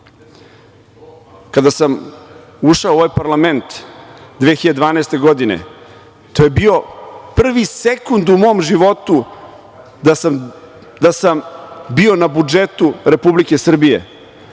sam ušao u ovaj parlament 2012. godine, to je bio prvi sekund u mom životu da sam bio na budžetu Republike Srbije.